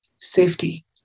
Safety